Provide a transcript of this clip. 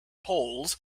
polls